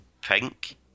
pink